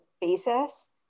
basis